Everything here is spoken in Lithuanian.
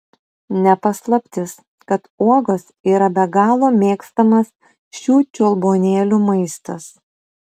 ne paslaptis kad uogos yra be galo mėgstamas šių čiulbuonėlių maistas